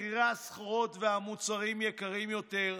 מחירי הסחורות והמוצרים יקרים יותר,